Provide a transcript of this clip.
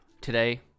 today